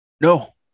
No